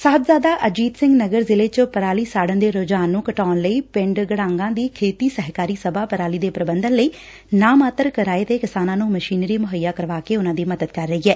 ਸਾਹਿਬਜ਼ਾਦਾ ਅਜੀਤ ਸਿੰਘ ਨਗਰ ਜ਼ਿਲੇ ਚ ਪਰਾਲੀ ਸਾੜਨ ਦੇ ਰੁਝਾਨ ਨੂੰ ਘਟਾਊਣ ਲਈ ਪਿੰਡ ਗੜਾਗਾ ਦੀ ਖੇਤੀ ਸਹਿਕਾਰੀ ਸਭਾ ਪਰਾਲੀ ਦੇ ਪ੍ਰਬੰਧਨ ਲਈ ਨਾ ਮਾਤਰ ਕਿਰਾਏ ਤੂ ਕਿਸਾਨਾਂ ਨੂੰ ਮਸੀਨਰੀ ਮੁਹੱਈਆ ਕਰਵਾ ਕੇ ਮਦਦ ਕਰ ਰਹੀ ਐ